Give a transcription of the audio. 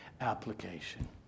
application